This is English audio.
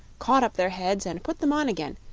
caught up their heads, and put them on again,